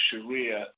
sharia